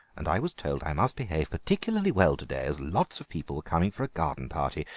and i was told i must behave particularly well to-day, as lots of people were coming for a garden party,